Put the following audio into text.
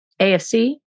AFC